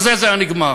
ובזה זה היה נגמר.